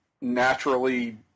naturally